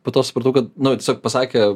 po to supratau kad nu tiesiog pasakė